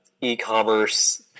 e-commerce